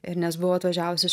ir nes buvau atvažiavus iš